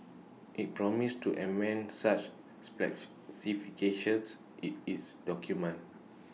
IT promised to amend such in its documents